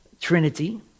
trinity